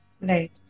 Right